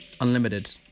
Unlimited